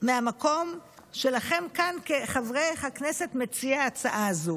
מהמקום שלכם כאן, כחברי הכנסת מציעי ההצעה הזו?